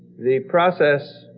the process